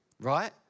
right